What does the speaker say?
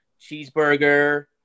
Cheeseburger